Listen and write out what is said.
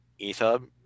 Ethub